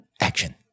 Action